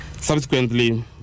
Subsequently